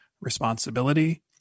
responsibility